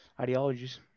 ideologies